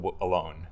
alone